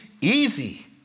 easy